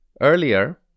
Earlier